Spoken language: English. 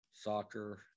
Soccer